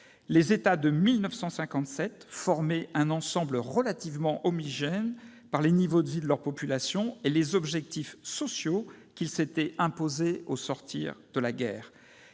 Les États de 1957 formaient un ensemble relativement homogène par les niveaux de vie de leurs populations et les objectifs sociaux qu'ils s'étaient imposés au sortir de la guerre.